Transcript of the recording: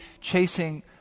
chasing